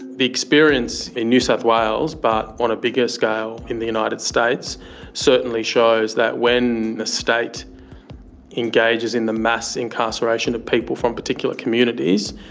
the experience in new south wales but on a bigger scale in the united states certainly shows that when a state engages in the mass incarceration of people from particular communities,